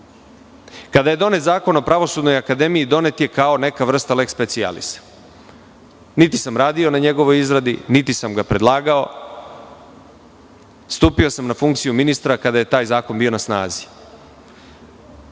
Kada je donet Zakon o Pravosudnoj akademiji, donet je kao neka vrsta "leks specijalisa". Niti sam radio na njegovoj izradi, niti sam ga predlagao, na funkciju ministra sam stupio kada je taj zakon bio na snazi.